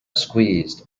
squeezed